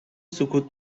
سکوت